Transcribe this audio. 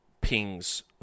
pings